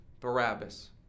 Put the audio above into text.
Barabbas